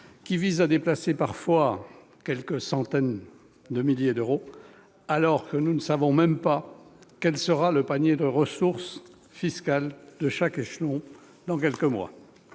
qui visent à déplacer parfois quelques centaines de milliers d'euros, alors que nous ne savons même pas quel sera le panier des ressources fiscales de chaque échelon dans quelques mois.